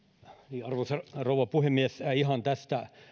arvoisa rouva puhemies ihan tästä